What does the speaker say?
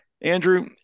Andrew